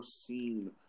seen